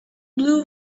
blue